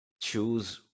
choose